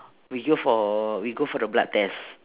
we go for we go for the blood test